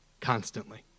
constantly